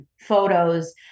photos